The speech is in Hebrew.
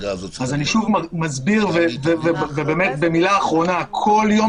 אז אני שוב מסביר במילה אחרונה: כל יום